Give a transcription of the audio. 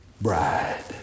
bride